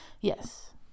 Yes